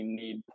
need